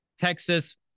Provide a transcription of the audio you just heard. Texas